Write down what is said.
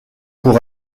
pour